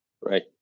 Right